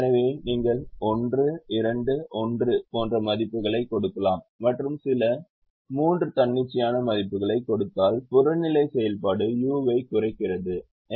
எனவே நீங்கள் 1 2 1 போன்ற மதிப்புகளை கொடுக்கலாம் மற்றும் சில 3 தன்னிச்சையான மதிப்புகளைக் கொடுத்தால் புறநிலை செயல்பாடு u ஐக் குறைக்கிறது